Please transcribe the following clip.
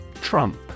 Trump